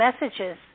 messages